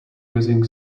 using